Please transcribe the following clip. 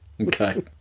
Okay